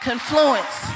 Confluence